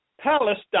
Palestine